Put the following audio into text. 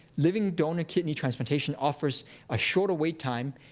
living donor kidney transplantation offers a shorter wait time,